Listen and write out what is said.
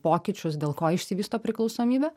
pokyčius dėl ko išsivysto priklausomybė